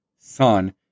Son